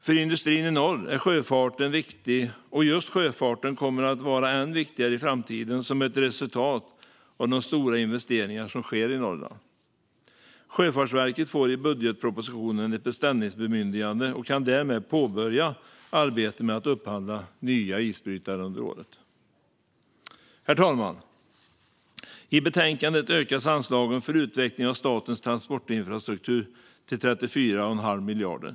För industrin i norr är sjöfarten viktig, och just sjöfarten kommer att vara än viktigare i framtiden som ett resultat av de stora investeringar som sker i Norrland. Sjöfartsverket får i budgetpropositionen ett beställningsbemyndigande och kan därmed påbörja arbetet med att upphandla nya isbrytare under året. Herr talman! I betänkandet ökas anslagen för utveckling av statens transportinfrastruktur till 34,5 miljarder.